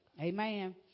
Amen